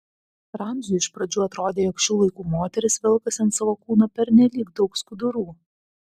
ramziui iš pradžių atrodė jog šių laikų moterys velkasi ant savo kūno pernelyg daug skudurų